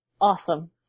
awesome